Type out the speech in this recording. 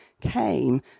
came